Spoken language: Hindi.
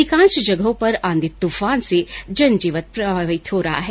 अधिकांश जगहों पर आंधी तफान से जनजीवन प्रभावित हो रहा है